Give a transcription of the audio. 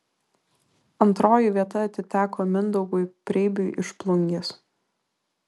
antroji vieta atiteko mindaugui preibiui iš plungės